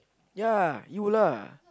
ya you lah